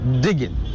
digging